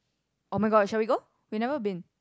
[oh]-my-god shall we go we never been